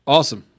Awesome